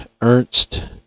Ernst